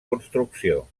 construcció